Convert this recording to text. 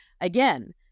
Again